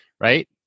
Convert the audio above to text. right